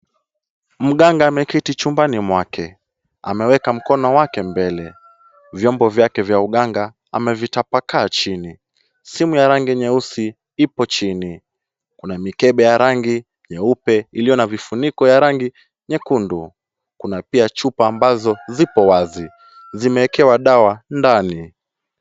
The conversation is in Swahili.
Mganga ameketi chumbani mwake. Ameweka mkono wake mbele. Vyombo vyake vya uganga amevitapakaa chini. Simu ya rangi nyeusi ipo chini. Kuna mikebe ya rangi nyeupe iliyo na vifuniko ya rangi nyekundu. Kuna pia chupa ambazo zipo wazi. Zimeekewa dawa ndani.